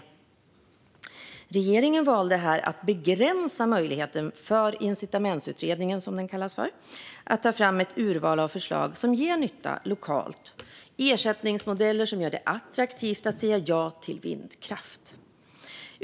Men regeringen har valt att begränsa möjligheten för den så kallade incitamentsutredningen att ta fram ett urval av förslag som ger nytta lokalt och ersättningsmodeller som gör det attraktivt att säga ja till vindkraft.